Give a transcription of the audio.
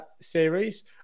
series